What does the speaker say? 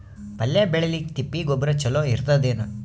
ಪಲ್ಯ ಬೇಳಿಲಿಕ್ಕೆ ತಿಪ್ಪಿ ಗೊಬ್ಬರ ಚಲೋ ಇರತದೇನು?